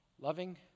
Loving